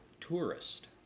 tourist